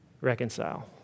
reconcile